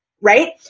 right